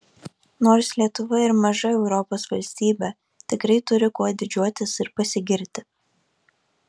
nors lietuva ir maža europos valstybė tikrai turi kuo didžiuotis ir pasigirti